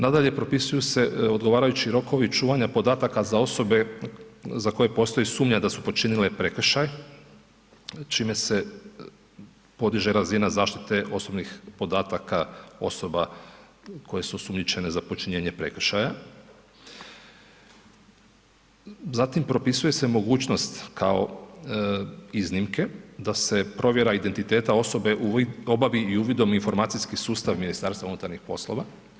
Nadalje, propisuju se odgovarajući rokovi čuvanja podataka za osobe za koje postoji sumnja da su počinile prekršaj čime se podiže razina zaštite osobnih podataka osoba koje su osumnjičene za počinjenje prekršaja, zatim propisuje se mogućnost kao iznimke, da se provjera identiteta osoba obavi i uvidom u informacijski sustav MUP-a.